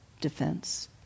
defense